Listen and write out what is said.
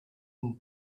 and